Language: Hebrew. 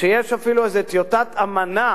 שיש אפילו איזו טיוטת אמנה